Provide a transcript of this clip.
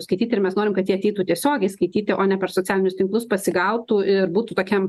skaityti ir mes norim kad jie ateitų tiesiogiai skaityti o ne per socialinius tinklus pasigautų ir būtų tokiam